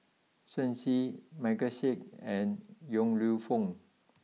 Shen Xi Michael Seet and Yong Lew Foong